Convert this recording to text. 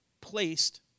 placed